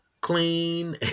clean